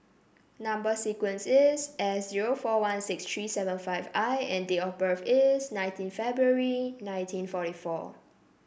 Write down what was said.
number sequence is S zero four one six three seven five I and date of birth is nineteen February nineteen forty four